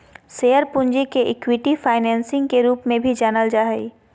share पूंजी के equity financing के रूप में भी जानल जा हइ